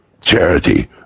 Charity